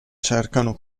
cercano